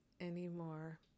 anymore